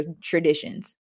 traditions